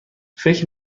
فکر